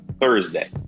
Thursday